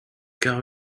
car